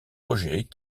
rejets